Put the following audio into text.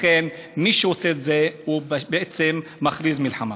לכן, מי שעושה את זה בעצם מכריז מלחמה.